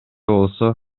болсо